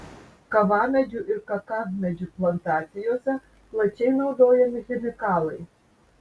kavamedžių ir kakavmedžių plantacijose plačiai naudojami chemikalai